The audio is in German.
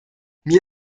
mir